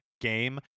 game